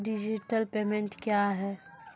Digital payment क्या हैं?